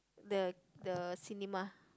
the the cinema